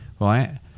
right